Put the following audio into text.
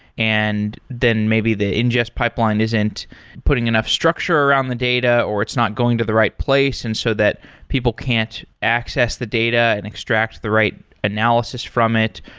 and then maybe the ingest pipeline isn't putting enough structure around the data, or it's not going to the right place, and so that people can't access the data and extract the right analysis from it,